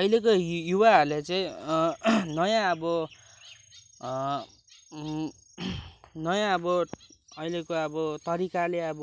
अहिलेको युवाहरूले चाहिँ नयाँ अब नयाँ अब अहिलेको अब तरिकाले अब